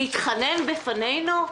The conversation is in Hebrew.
להתחנן בפנינו?